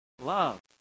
Love